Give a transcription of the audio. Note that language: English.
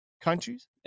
countries